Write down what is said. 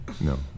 No